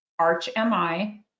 ArchMI